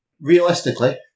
realistically